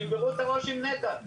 שישברו את הראש עם נת"ע.